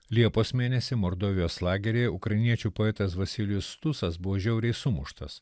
liepos mėnesį mordovijos lageryje ukrainiečių poetas vasilijus tusas buvo žiauriai sumuštas